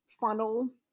funnel